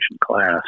class